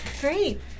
Great